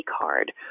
card